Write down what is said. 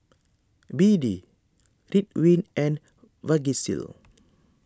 B D Ridwind and Vagisil